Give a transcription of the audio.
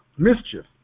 Mischief